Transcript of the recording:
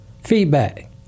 feedback